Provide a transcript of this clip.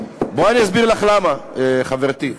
--- בואי אני אסביר לך למה, חברתי.